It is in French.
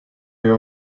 est